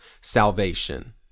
salvation